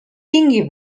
tinga